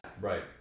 Right